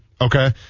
Okay